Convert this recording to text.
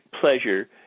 pleasure